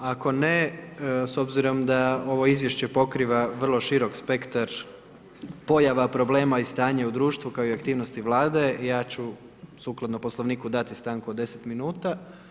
Ako ne, s obzirom da ovo izvješće pokriva vrlo širok spektar pojava, problema i stanje u društvu kao i aktivnosti Vlade, ja ću sukladno Poslovniku dati stanku od 10 minuta.